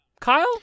Kyle